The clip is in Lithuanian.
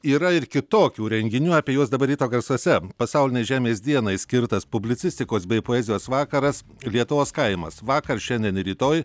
yra ir kitokių renginių apie juos dabar ryto garsuose pasaulinei žemės dienai skirtas publicistikos bei poezijos vakaras lietuvos kaimas vakar šiandien ir rytoj